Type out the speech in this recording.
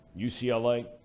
UCLA